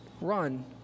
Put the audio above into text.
run